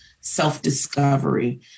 self-discovery